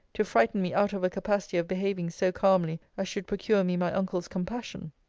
to frighten me out of a capacity of behaving so calmly as should procure me my uncles' compassion.